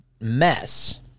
mess